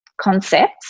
concepts